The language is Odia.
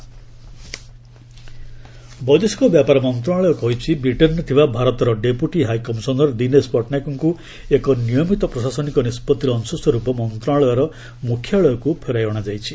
ଏମ୍ଇଏ ଡିଏଚ୍ସି ବୈଦେଶିକ ବ୍ୟାପାର ମନ୍ତ୍ରଣାଳୟ କହିଛି ବ୍ରିଟେନ୍ରେ ଥିବା ଭାରତର ଡେପୁଟି ହାଇକମିଶନର୍ ଦିନେଶ ପଟ୍ଟନାୟକଙ୍କୁ ଏକ ନିୟମିତ ପ୍ରଶାସନିକ ନିଷ୍କଭିର ଅଂଶ ସ୍ୱର୍ପ ମନ୍ତ୍ରଣାଳୟର ମୁଖ୍ୟାଳୟକୁ ଫେରାଇ ଅଣାଯାଇଛି